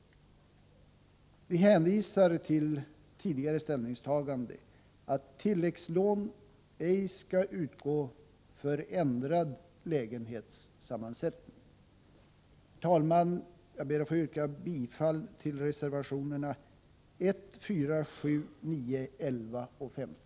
Vi hänvisar till tidigare ställningstagande om att tilläggslån ej skall utgå för ändrad lägenhetssammansättning. Herr talman! Jag ber att få yrka bifall till reservationerna 1, 4, 7, 9, 11 och 1£